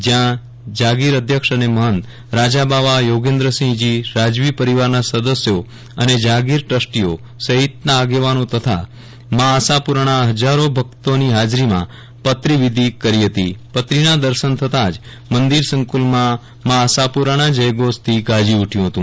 જયાં જાગીરાધ્યક્ષ અને મહંત રાજાબાવા યોગેન્દ્રસિંહજી રાજવી પરિવારના સદ્દસ્યો અને જાગીર ટ્રસ્ટીઓ સહિતના આગેવાનો તથા મા આશાપુરાના હજારો ભક્તોની હાજરીમાં પતરીવિધિ કરી હતી પતરીના દર્શન થતાં જ મંદિર સંકુલ મા આશાપુરાના જયઘોષથી ગાજી ઉઠ્યું હતું